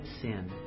sin